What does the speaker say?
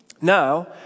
now